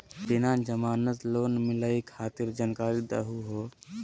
बिना जमानत लोन मिलई खातिर जानकारी दहु हो?